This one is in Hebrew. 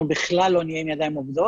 אנחנו בכלל לא נהיה עם ידיים עובדות.